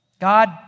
God